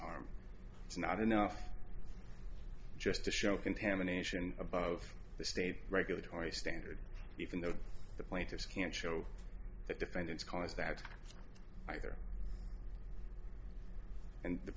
harm it's not enough just to show contamination above the state regulatory standard even though the plaintiffs can't show that defendants cause that either and the